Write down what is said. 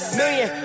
million